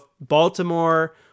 Baltimore